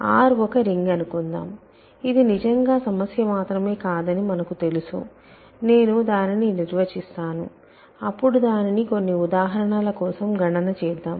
R ఒక ring అనుకుందాం ఇది నిజంగా సమస్య మాత్రమే కాదని మనకు తెలుసు నేను దానిని నిర్వచిస్తాను అప్పుడు దానిని కొన్ని ఉదాహరణల కోసం గణన చేద్దాం